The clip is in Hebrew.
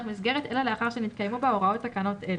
מסגרת אלא לאחר שנתקיימו בה הוראות תקנות אלה.